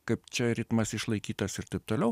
kaip čia ritmas išlaikytas ir taip toliau